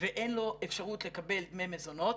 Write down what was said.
ואין לו אפשרות לקבל דמי מזונות,